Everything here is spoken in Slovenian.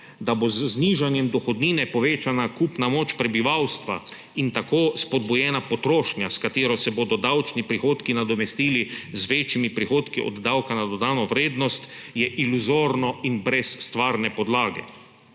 da bo z znižanjem dohodnine povečana kupna moč prebivalstva in tako spodbujena potrošnja, s katero se bodo davčni prihodki nadomestili z večjimi prihodki od davka na dodano vrednost, je iluzorno in brez stvarne podlage.